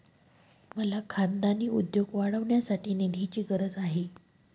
मला खानदानी उद्योग वाढवण्यासाठी निधीची गरज आहे